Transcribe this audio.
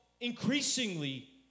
increasingly